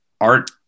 art